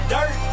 Dirt